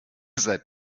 seid